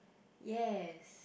yes